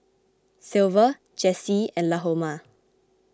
Silver Jessee and Lahoma